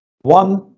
One